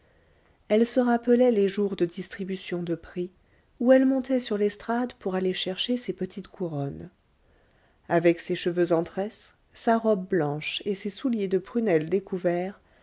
elle se rappelait les jours de distribution de prix où elle montait sur l'estrade pour aller chercher ses petites couronnes avec ses cheveux en tresse sa robe blanche et ses souliers de prunelle découverts